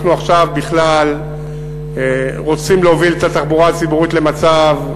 אנחנו עכשיו בכלל רוצים להוביל את התחבורה הציבורית למצב,